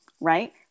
right